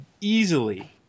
easily